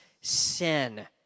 sin